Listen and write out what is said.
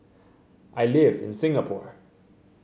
I live in Singapore